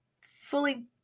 fully